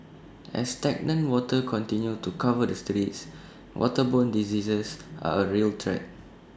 as stagnant water continue to cover the streets waterborne diseases are A real threat